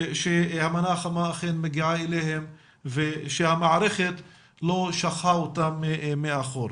שהמנה החמה אכן מגיעה אליהם ושהמערכת לא שכחה אותם מאחור.